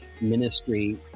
ministry